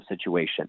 situation